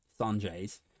Sanjay's